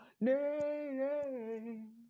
name